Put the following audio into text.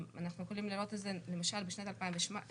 אנחנו יכולים לראות את זה למשל בשנת 2017,